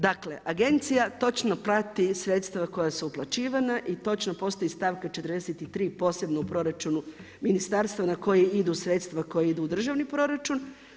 Dakle agencija točno prati sredstva koja su uplaćivana i točno postoji stavka 43 posebno u proračunu ministarstva na koji idu sredstva koja idu u državni proračun.